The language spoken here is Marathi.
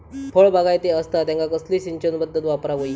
फळबागायती असता त्यांका कसली सिंचन पदधत वापराक होई?